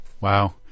Wow